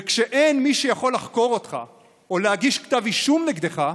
וכשאין מי שיכול לחקור אותך או להגיש כתב אישום נגדך,